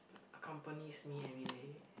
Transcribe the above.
accompanies me everyday